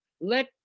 Let